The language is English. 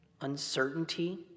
uncertainty